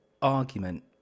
argument